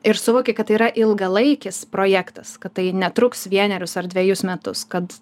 ir suvokei kad tai yra ilgalaikis projektas kad tai netruks vienerius ar dvejus metus kad